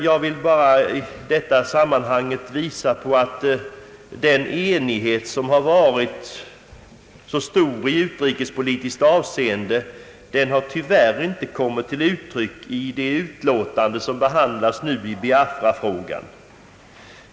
Jag vill i detta sammanhang bara visa på att den enighet som har varit så stor i utrikespolitiskt avseende tyvärr inte kommit till uttryck i det utlåtande i Biafrafrågan som vi nu behandlar.